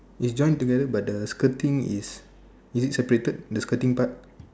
is joined together by the skirting is is it separated the skirting part